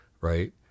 right